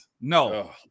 No